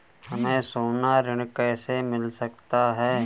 हमें सोना ऋण कैसे मिल सकता है?